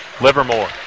Livermore